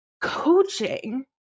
Coaching